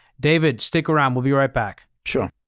david, stick around. we'll be right back. sure.